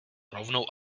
rovnou